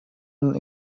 and